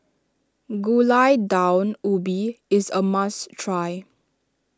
Gulai Daun Ubi is a must try